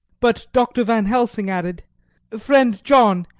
but dr. van helsing added friend john,